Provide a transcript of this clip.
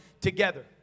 together